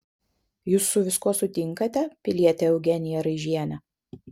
jūs su viskuo sutinkate piliete eugenija raižiene